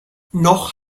noch